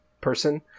person